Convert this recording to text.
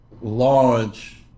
large